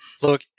Look